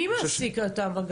מי מעסיק אותם?